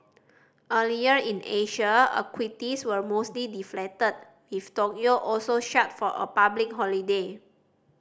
earlier in Asia equities were mostly deflated with Tokyo also shut for a public holiday